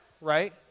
right